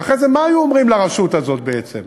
ואחרי זה מה היו אומרים לרשות הזאת בעצם?